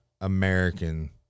american